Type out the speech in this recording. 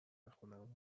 خونمون